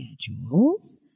schedules